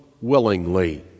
willingly